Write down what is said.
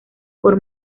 por